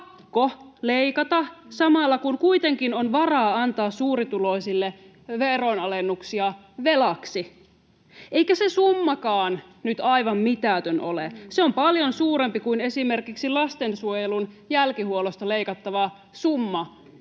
pakko leikata samalla, kun kuitenkin on varaa antaa suurituloisille veronalennuksia velaksi. Eikä se summakaan nyt aivan mitätön ole. Se on paljon suurempi kuin esimerkiksi lastensuojelun jälkihuollosta leikattava summa